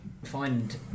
Find